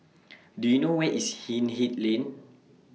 Do YOU know Where IS Hindhede Lane